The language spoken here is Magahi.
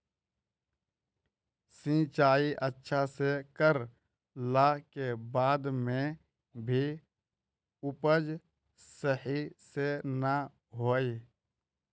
सिंचाई अच्छा से कर ला के बाद में भी उपज सही से ना होय?